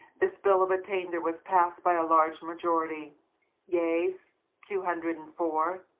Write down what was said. this bill of attainder was passed by a large majority yeas two hundred and four,